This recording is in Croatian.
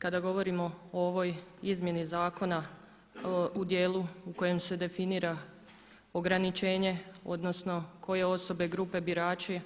Kada govorimo o ovoj izmjeni zakona u dijelu u kojem se definira ograničenje odnosno koje osobe grupe birači